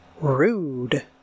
Rude